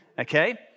Okay